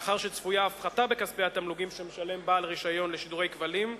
מאחר שצפויה הפחתה בכספי התמלוגים שמשלם בעל רשיון לשידורי כבלים,